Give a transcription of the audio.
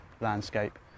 landscape